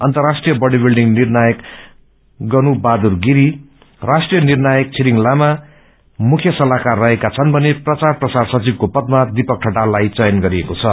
अर्न्तराष्ट्रिय बङ्गी विरिड़ निर्णायक गणु बहादुर गिरी राष्ट्रिय निष्पयक दिरिङ लामा मुख्य सल्लाहकार रहेका छन् भने प्रचार प्रसार संघियको पदमा दीपक ठटाललाई चयन गरिएको छ